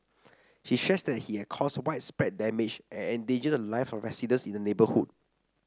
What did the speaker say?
she stressed that he had caused widespread damage and endangered the live of residents in the neighbourhood